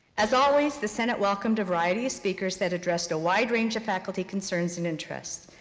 as always, the senate welcomed a variety of speakers that addressed a wide range of faculty concerns and interests.